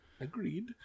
Agreed